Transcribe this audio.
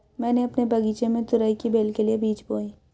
मैंने अपने बगीचे में तुरई की बेल के लिए बीज बोए